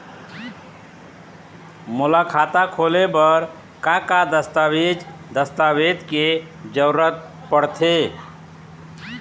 मोला खाता खोले बर का का दस्तावेज दस्तावेज के जरूरत पढ़ते?